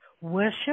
worship